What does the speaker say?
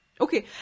okay